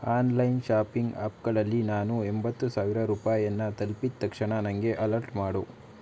online shopping ಆ್ಯಪ್ಗಳಲ್ಲಿ ನಾನು ಎಂಬತ್ತು ಸಾವಿರ ರೂಪಾಯಿಯನ್ನು ತಲುಪಿದ ತಕ್ಷಣ ನನಗೆ ಅಲರ್ಟ್ ಮಾಡು